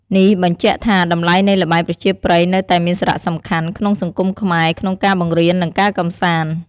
នេះបញ្ជាក់ថា តម្លៃនៃល្បែងប្រជាប្រិយនៅតែមានសារៈសំខាន់ក្នុងសង្គមខ្មែរ ក្នុងការបង្រៀននិងការកម្សាន្ត។